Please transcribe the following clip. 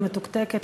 המתוקתקת,